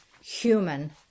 human